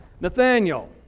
Nathaniel